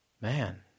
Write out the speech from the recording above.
Man